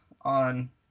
on